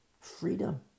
Freedom